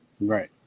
right